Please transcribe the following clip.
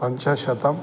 पञ्चशतं